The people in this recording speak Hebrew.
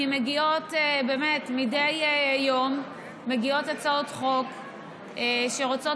כי באמת מגיעות מדי יום הצעות חוק שרוצות